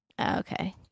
Okay